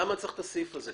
למה צריך את הסעיף הזה?